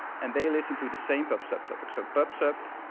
and they listen to the same pub sub topic. so pub sub